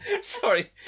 Sorry